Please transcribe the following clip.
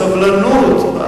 סבלנות,